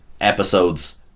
episodes